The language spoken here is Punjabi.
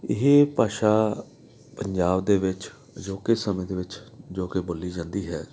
ਇਹ ਭਾਸ਼ਾ ਪੰਜਾਬ ਦੇ ਵਿੱਚ ਅਜੋਕੇ ਸਮੇਂ ਦੇ ਵਿੱਚ ਜੋ ਕਿ ਬੋਲੀ ਜਾਂਦੀ ਹੈ